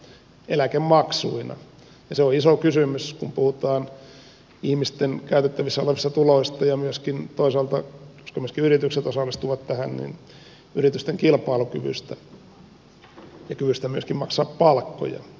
se on iso kysymys kun puhutaan ihmisten käytettävissä olevista tuloista ja myöskin toisaalta koska myöskin yritykset osallistuvat tähän on kyse yritysten kilpailukyvystä ja kyvystä myöskin maksaa palkkoja